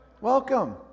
Welcome